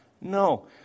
No